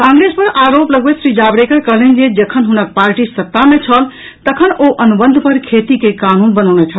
कांग्रेस पर आरोप लगबैत श्री जावड़ेकर कहलनि जे जखन हुनक पार्टी सत्ता मे छल तखन ओ अनुबंध पर खेती के कानून बनौने छल